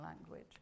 language